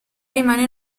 rimane